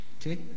okay